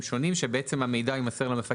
שונים שהמידע יימסר למפקח על התעבורה.